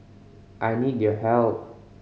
I need your help